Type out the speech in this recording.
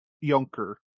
Yunker